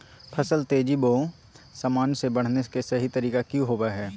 फसल तेजी बोया सामान्य से बढने के सहि तरीका कि होवय हैय?